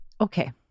Okay